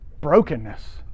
brokenness